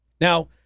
Now